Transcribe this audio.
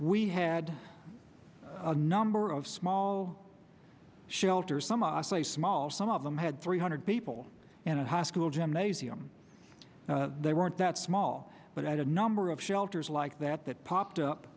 we had a number of small shelters some of us a small some of them had three hundred people in a high school gymnasium they weren't that small but i did a number of shelters like that that popped up